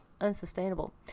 unsustainable